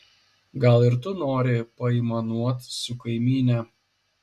gal ir tu nori paaimanuot su kaimyne